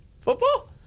Football